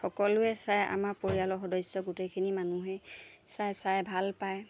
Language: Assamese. সকলোৱে চায় আমাৰ পৰিয়ালৰ সদস্য গোটেইখিনি মানুহেই চাই চাই ভাল পায়